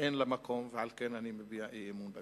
אין לה מקום, ועל כן אני מביע אי-אמון בממשלה.